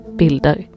bilder